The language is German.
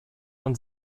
und